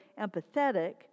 empathetic